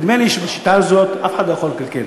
ונדמה לי שבשיטה הזאת אף אחד לא יכול לקלקל.